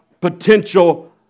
potential